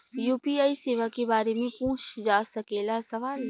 UPI सेवा के बारे में पूछ जा सकेला सवाल?